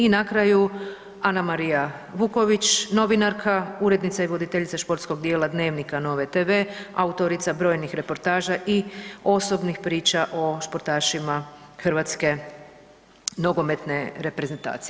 I na kraju Anamarija Vuković, novinarka, urednica i voditeljica športskog djela Dnevnika Nove Tv, autorica brojnih reportaža i osobnih priča o športašima Hrvatske nogometne reprezentacije.